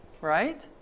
right